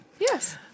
Yes